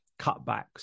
cutbacks